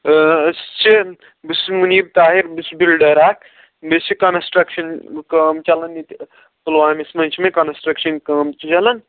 أسۍ چھِ بہٕ چھُس مُنیٖب طاہِر بہٕ چھُس بِلڈر اَکھ مےٚ چھِ کَنَسٹرٛکشَن کٲم چَلان ییٚتہِ پُلوامَس منٛز چھِ مےٚ کَنَسٹرٛکشَن کٲم چھِ چَلان